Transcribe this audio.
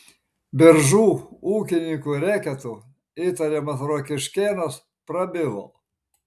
biržų ūkininkų reketu įtariamas rokiškėnas prabilo